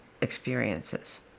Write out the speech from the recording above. experiences